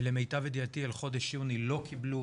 למיטב ידיעתי על חודש יוני לא קיבלו